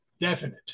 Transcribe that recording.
definite